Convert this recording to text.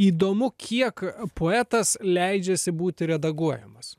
įdomu kiek poetas leidžiasi būti redaguojamas